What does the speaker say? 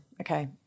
okay